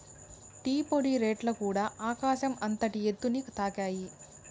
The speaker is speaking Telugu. టీ పొడి రేట్లుకూడ ఆకాశం అంతటి ఎత్తుని తాకాయి